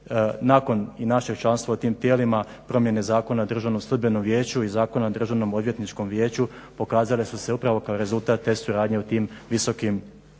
nakon i našeg članstva u tim tijelima promjene Zakona o Državnom sudbenom vijeću i Zakona o Državnom odvjetničkom vijeću pokazale su se upravo kao rezultat te suradnje u tim visokim tijelima.